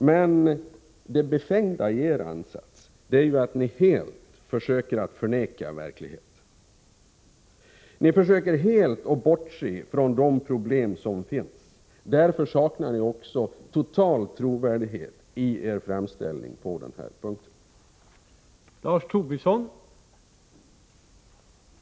Men det befängda i er ansats är att ni försöker att helt förneka verkligheten. Ni försöker att helt bortse från de problem som finns. Därför saknar ni också totalt trovärdighet i er framställning på den här punkten.